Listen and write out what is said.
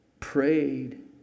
prayed